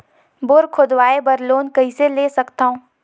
Bore खोदवाय बर loan कइसे ले सकथव?